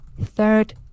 Third